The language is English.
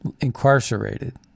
incarcerated